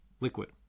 liquid